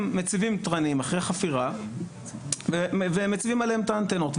מציבים תרנים אחרי חפירה ומציבים עליהם את האנטנות.